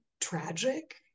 tragic